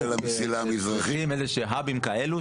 שמצריכים האבים כאלה,